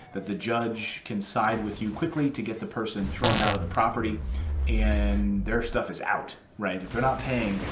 but the judge can side with you quickly to get the person thrown out of the property and their stuff is out. right, if they're not paying,